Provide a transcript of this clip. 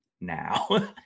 now